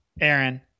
Aaron